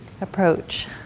approach